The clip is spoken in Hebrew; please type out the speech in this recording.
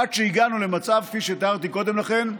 עד שהגענו למצב כפי שתיארתי קודם לכן,